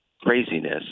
craziness